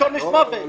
יש עונש מוות.